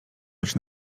rocz